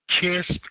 kissed